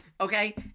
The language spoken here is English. Okay